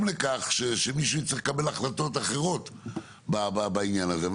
לכך שמישהו יצטרך לקבל החלטות אחרות בעניין הזה.